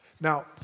Now